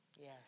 Yes